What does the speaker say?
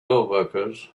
coworkers